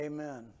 Amen